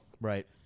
Right